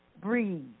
breathe